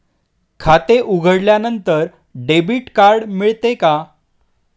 खाते उघडल्यानंतर debit card मिळते का?